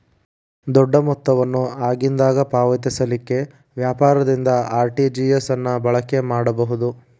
ದೊಡ್ಡ ಮೊತ್ತವನ್ನು ಆಗಿಂದಾಗ ಪಾವತಿಸಲಿಕ್ಕೆ ವ್ಯಾಪಾರದಿಂದ ಆರ್.ಟಿ.ಜಿ.ಎಸ್ ಅನ್ನ ಬಳಕೆ ಮಾಡಬಹುದು